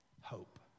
Hope